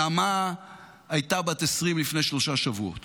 נעמה הייתה בת 20 לפני שלושה שבועות